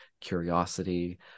curiosity